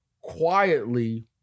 quietly